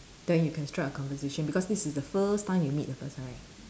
then you can strike a conversation because this is the first time you meet the person right